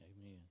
Amen